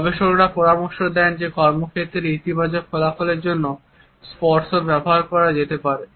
গবেষকরা পরামর্শ দেন যে কর্মক্ষেত্রে ইতিবাচক ফলাফলের জন্য স্পর্শ ব্যবহার করা যেতে পারে